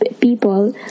people